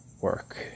work